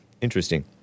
Interesting